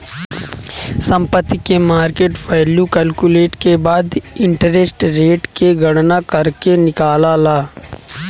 संपत्ति के market value calculate के बाद इंटरेस्ट रेट के गणना करके निकालाला